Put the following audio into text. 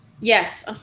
Yes